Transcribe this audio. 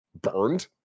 burned